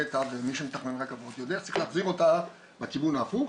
נת"ע ומי שמתכנן רכבות יודע שצריך להחזיר אותה לכיוון ההפוך,